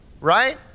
right